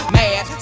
mad